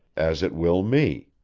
as it will me.